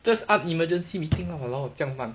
just 按 emergency meeting lah !walao! 这样慢